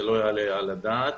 זה לא יעלה על הדעת